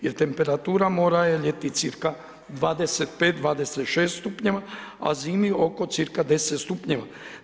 Jer temperatura mora je ljeti cirka 25-26 stupnjeva, a zimi oko cirka 10 stupnjeva.